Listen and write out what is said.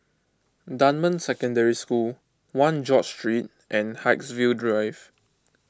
Dunman Secondary School one George Street and Haigsville Drive